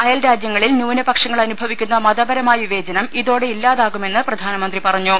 അയൽ രാജ്യങ്ങളിൽ ന്യൂനപക്ഷങ്ങൾ അനുഭവിക്കുന്നു മതപരമായ വിവേചനം ഇതോടെ ഇല്ലാതാകു മെന്ന് പ്രധാനമന്ത്രി പറഞ്ഞു